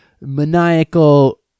maniacal